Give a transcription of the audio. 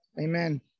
Amen